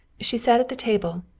she sat at the table,